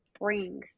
brings